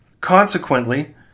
Consequently